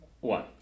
one